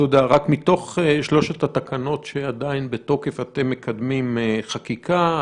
מתוך שלוש התקנות שעדיין בתוקף אתם מקדמים חקיקה?